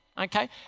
okay